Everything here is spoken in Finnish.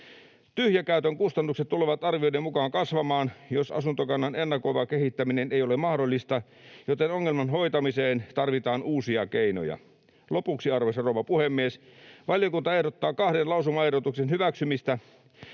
Tyhjäkäytön kustannukset tulevat arvioiden mukaan kasvamaan, jos asuntokannan ennakoiva kehittäminen ei ole mahdollista, joten ongelman hoitamiseen tarvitaan uusia keinoja. Lopuksi, arvoisa rouva puhemies: Valiokunta ehdottaa kahden lausumaehdotuksen hyväksymistä.